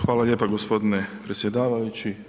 Hvala lijepa g. predsjedavajući.